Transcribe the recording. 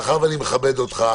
מאחר שאני מכבד אותך,